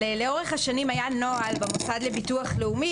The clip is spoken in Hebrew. לאורך השנים היה נוהל במוסד לביטוח לאומי,